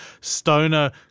stoner